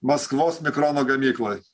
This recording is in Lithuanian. maskvos mikrono gamykloj